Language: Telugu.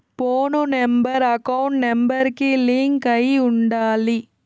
పోను నెంబర్ అకౌంట్ నెంబర్ కి లింక్ అయ్యి ఉండాలి